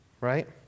right